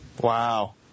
Wow